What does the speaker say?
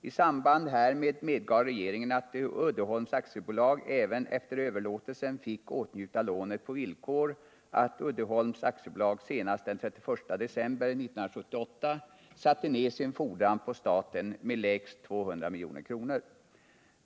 I samband härmed medgav regeringen att Uddeholms AB även efter överlåtelsen fick åtnjuta lånet på villkor att Uddeholms AB senast den 31 december 1978 satte ned sin fordran på staten med lägst 200 milj.kr.